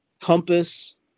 compass